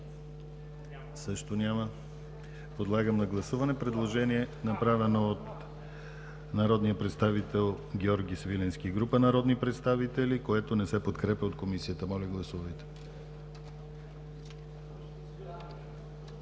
Също няма. Подлагам на гласуване предложението, направено от народния представител Георги Свиленски и група народни представители, което не се подкрепя от Комисията. Гласували